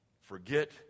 Forget